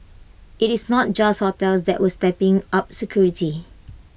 IT is not just hotels that are stepping up security